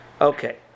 Okay